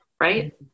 Right